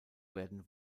werden